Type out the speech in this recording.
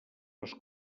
les